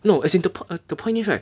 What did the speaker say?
no as in the point the point is right